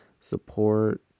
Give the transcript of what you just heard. support